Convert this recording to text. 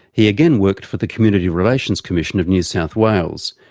he again worked for the community relations commission of new south wales,